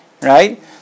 Right